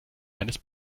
eines